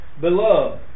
Beloved